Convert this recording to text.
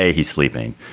ah he's sleeping.